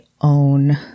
own